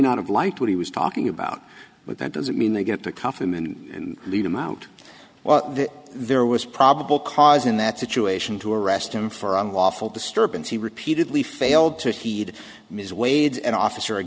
not have liked what he was talking about but that doesn't mean they get to cough and leave him out well there was probable cause in that situation to arrest him for unlawful disturbance he repeatedly failed to heed ms wade and officer